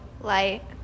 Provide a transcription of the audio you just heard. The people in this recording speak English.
Light